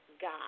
God